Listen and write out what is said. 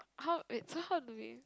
how wait so how do we